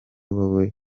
wowe